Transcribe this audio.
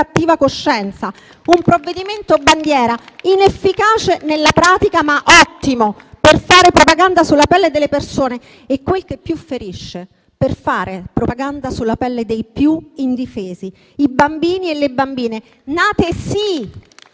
di fronte a un provvedimento bandiera inefficace nella pratica, ma ottimo per fare propaganda sulla pelle delle persone e, quel che più ferisce, per fare propaganda sulla pelle dei più indifesi: i bambini e le bambine nati sì